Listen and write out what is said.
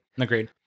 Agreed